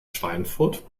schweinfurt